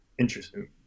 interesting